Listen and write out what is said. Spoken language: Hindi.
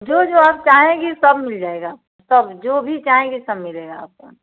जो जो आप चाहेंगी सब मिल जाएगा सब जो भी चाहेंगी सब मिलेगा आपको